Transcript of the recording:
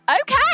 Okay